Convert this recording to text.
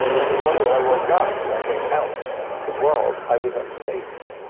every morning when i woke up and i went out into the world, i was on stage.